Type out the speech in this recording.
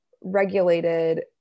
regulated